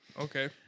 okay